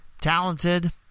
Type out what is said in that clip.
Talented